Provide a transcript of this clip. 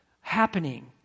happening